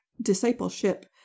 discipleship